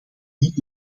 niet